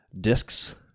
discs